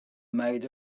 made